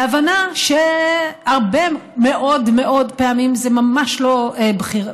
להבנה שהרבה מאוד פעמים זה ממש לא בחירה